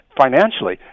financially